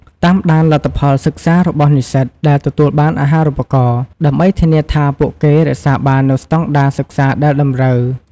តាមដានលទ្ធផលសិក្សារបស់និស្សិតដែលទទួលបានអាហារូបករណ៍ ដើម្បីធានាថាពួកគេរក្សាបាននូវស្តង់ដារសិក្សាដែលតម្រូវ។